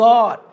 God